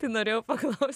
tai norėjau paklaust